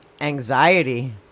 anxiety